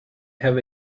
have